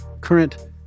current